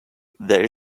there